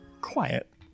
quiet